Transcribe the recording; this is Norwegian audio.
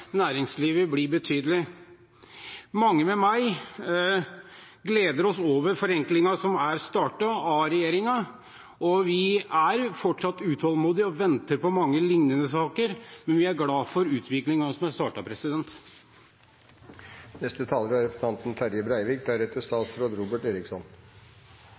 næringslivet bli betydelig. Mange med meg gleder seg over forenklingen som er startet av regjeringen, og vi er fortsatt utålmodige og venter på mange liknende saker, men vi er glade for utviklingen som er startet. Me behandlar no ei sak der det er